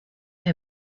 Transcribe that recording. him